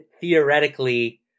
theoretically